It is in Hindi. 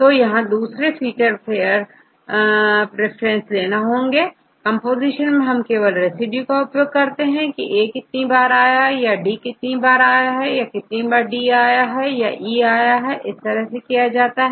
तो यहां दूसरा फीचर फेयर प्रेफरेंस होगा कंपोजीशन में हम केवल एक रेसिड्यू का उपयोग करते हैं की कितनी बारA है D है और कितनी बारD E है इस तरह से किया जाता है